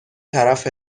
طرف